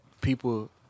people